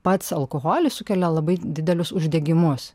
pats alkoholis sukelia labai didelius uždegimus